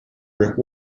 brick